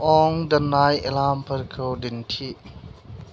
अं दोननाय एलार्मफोरखौ दिन्थि